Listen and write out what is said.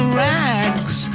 rags